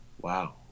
Wow